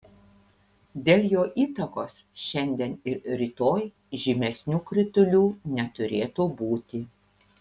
dėl jo įtakos šiandien ir rytoj žymesnių kritulių neturėtų būti